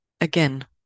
Again